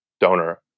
donor